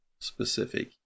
specific